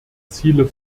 ziele